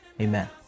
amen